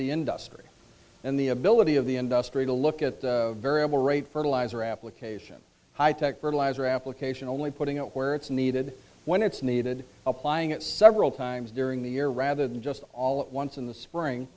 the industry and the ability of the industrial look at the variable rate fertilizer application high tech verbalise or application only putting it where it's needed when it's needed applying it several times during the year rather than just all at once in the spring